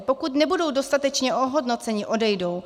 Pokud nebudou dostatečně ohodnoceni, odejdou.